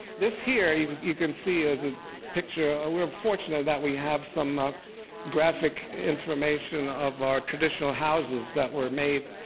this here you you can see is a picture, ah we're fortunate that we have some ah graphic information of our traditional houses that were made